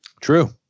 True